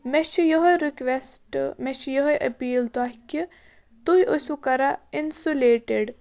مےٚ چھِ یِہوٚے رِکوٮ۪سٹ مےٚ چھِ یِہوٚے أپیٖل تۄہہِ کہِ تُہۍ ٲسِو کَران اِنسُلیٹِڈ